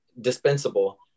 dispensable